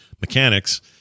mechanics